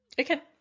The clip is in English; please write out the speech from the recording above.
Okay